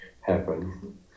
happen